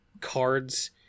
cards